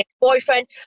boyfriend